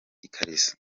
ikariso